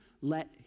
Let